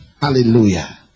Hallelujah